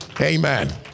Amen